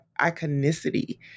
iconicity